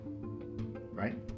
right